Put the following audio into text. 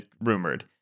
rumored